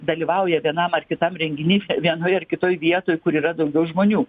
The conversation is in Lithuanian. dalyvauja vienam ar kitam renginy vienoj ar kitoj vietoj kur yra daugiau žmonių